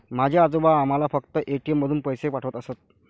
माझे आजोबा आम्हाला फक्त ए.टी.एम मधून पैसे पाठवत असत